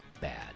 bad